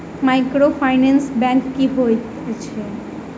Microfinance bank की होइत अछि?